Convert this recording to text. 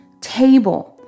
table